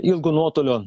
ilgo nuotolio